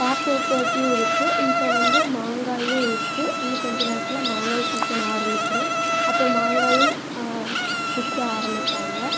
பாக்கு உற்பத்தியும் இருக்குது இப்போ வந்து மாங்காயும் இருக்குது இன்னும் கொஞ்ச நேரத்தில் மாங்காய் சீசன் ஆரமிச்சுரும் அப்போ மாங்காயும் விற்க ஆரமிப்பாங்க